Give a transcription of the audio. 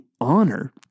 honor